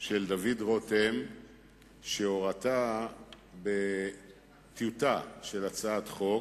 של דוד רותם שהורתה בטיוטה של הצעת חוק,